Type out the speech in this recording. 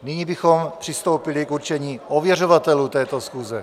Nyní bychom přistoupili k určení ověřovatelů této schůze.